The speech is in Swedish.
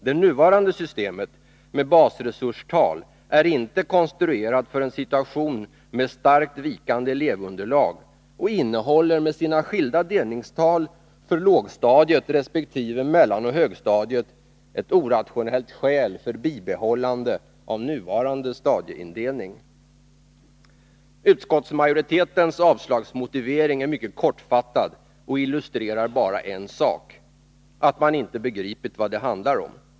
Det nuvarande systemet med basresurstal är inte konstruerat för en situation med starkt vikande elevunderlag och utgör med sina skilda delningstal för lågstadiet resp. mellanoch högstadiet ett orationellt skäl för att bibehålla nuvarande stadieindelning. Utskottsmajoritetens motivering för sitt avslagsyrkande är mycket kortfattad och illustrerar bara en sak: att man inte begripit vad det handlar om.